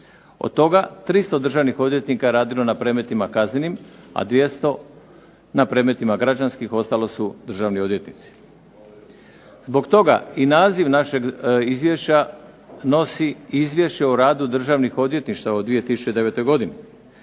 Od toga 300 državnih odvjetnika je radilo na predmetima kaznenim, a 200 na predmetima građanskih ostalo su državni odvjetnici. Zbog toga i naziv našeg izvješća nosi Izvješće o radu državnih odvjetništava u 2009. godini.